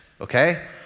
Okay